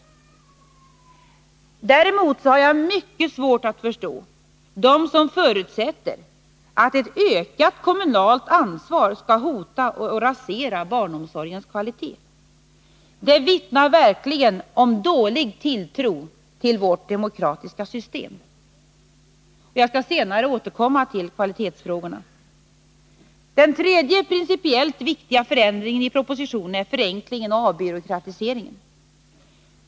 Däremot har jag mycket svårt att förstå dem som förutsätter att ett ökat kommunalt ansvar skall hota att rasera barnomsorgens kvalitet. Det vittnar verkligen om dålig tilltro till vårt demokratiska system. Jag skall senare återkomma till kvalitetsfrågorna. Den tredje principiellt viktiga förändringen i propositionen är förenklingen och avbyråkratiseringen.